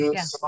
Yes